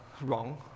wrong